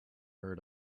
her